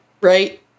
right